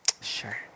Sure